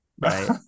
right